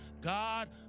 God